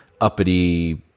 uppity